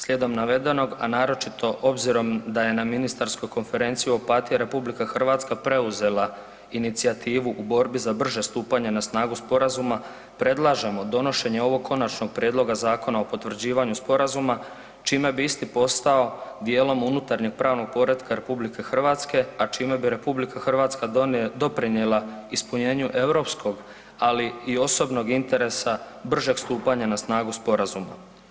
Slijedom navedenog a naročito obzirom da je na ministarskoj konferenciji u Opatiji RH preuzela inicijativu u borbi za brže stupanja na snagu sporazuma, predlažemo donošenje ovog Konačnog prijedloga zakona o potvrđivanju sporazuma čime bi isti postao dijelom unutarnjeg pravnog poretka RH, a čime bi RH doprinijela ispunjenju europskog, ali i osobnog interesa bržeg stupanja na snagu sporazuma.